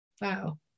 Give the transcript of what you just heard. Wow